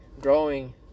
growing